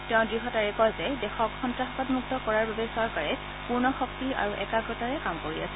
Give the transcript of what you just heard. তেওঁ দ্য়তাৰে ক যে দেশক সন্ত্ৰাসবাদমুক্ত কৰাৰ বাবে চৰকাৰে পূৰ্ণ শক্তি আৰু একাগ্ৰতাৰে কাম কৰি আছে